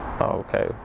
okay